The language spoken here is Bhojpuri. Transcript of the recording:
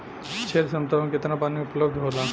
क्षेत्र क्षमता में केतना पानी उपलब्ध होला?